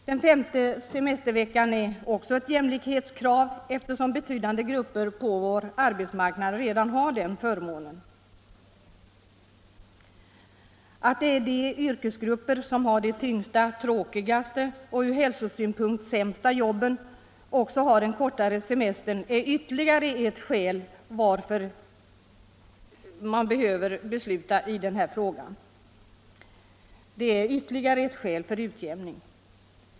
Den femte semesterveckan är också ett jämlikhetskrav, eftersom betydande grupper på vår arbetsmarknad redan har den förmånen. Att de yrkesgrupper som har de tyngsta, tråkigaste och från hälsosynpunkt sämsta jobben också har den kortaste semestern är ytterligare ett skäl varför vi i denna fråga bör besluta om en utjämning.